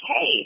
hey